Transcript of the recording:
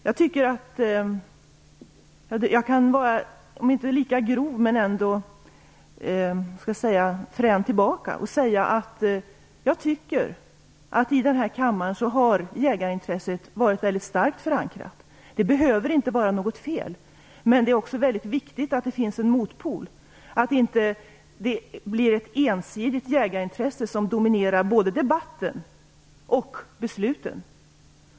Jag kan vara, om inte lika grov men ändå frän tillbaka, och säga att jag tycker att i denna kammare har jägarintresset varit väldigt starkt förankrat. Det behöver inte vara något fel, men det är också väldigt viktigt att det finns en motpol och att det inte blir ett ensidigt jägarintresse som dominerar både debatten och besluten.